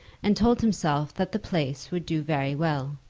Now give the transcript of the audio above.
and told himself that the place would do very well.